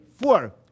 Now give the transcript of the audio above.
four